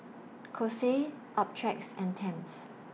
Kose Optrex and Tempt